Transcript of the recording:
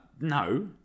No